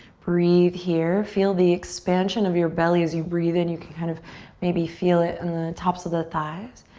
breathe here, feel the expansion of your belly as you breathe in. you can kind of maybe feel it in the tops of the thighs.